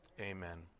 amen